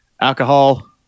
alcohol